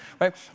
right